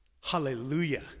Hallelujah